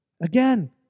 Again